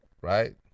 Right